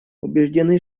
убеждены